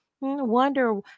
wonder